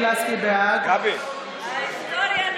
אנשים מפחדים,